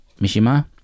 Mishima